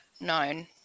known